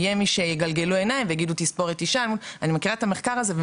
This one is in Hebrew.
אני אתן את הקרדיט למרצה מרצה במחלקה לתרבות חזותית וחומרית,